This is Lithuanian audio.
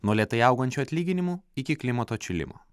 nuo lėtai augančių atlyginimų iki klimato atšilimo